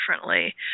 differently